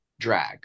drag